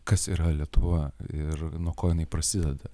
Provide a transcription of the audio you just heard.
kas yra lietuva ir nuo ko jinai prasideda